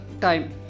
time